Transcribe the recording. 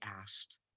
asked